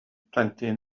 plentyn